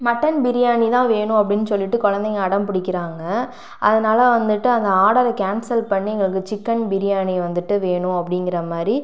mutton biryani தான் வேணும் அப்படின்னு சொல்லிவிட்டு குழந்தைங்க அடம் பிடிக்கிறாங்க அதனால் வந்துவிட்டு அந்த ஆடரை கேன்சல் பண்ணி எங்களுக்கு சிக்கன் பிரியாணி வந்துவிட்டு வேணும் அப்படிங்கிற மாதிரி